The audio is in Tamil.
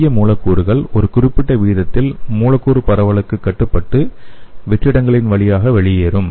சிறிய மூலக்கூறுகள் ஒரு குறிப்பிட்ட வீதத்தில் மூலக்கூறு பரவலுக்கு கட்டுப்பட்டு வெற்றிடங்களின் வழியாக வெளியேறும்